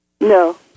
No